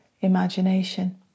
imagination